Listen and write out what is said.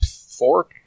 four